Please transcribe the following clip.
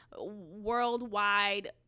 worldwide